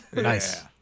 nice